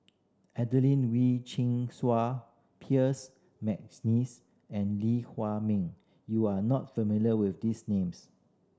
Adelene Wee Chin Sua McNeice and Lee Hua Min you are not familiar with these names